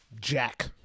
Jack